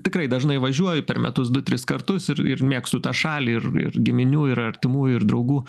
tikrai dažnai važiuoju per metus du tris kartus ir ir mėgstu tą šalį ir ir giminių ir artimųjų ir draugų